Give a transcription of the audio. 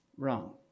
wrong